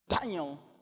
Daniel